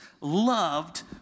loved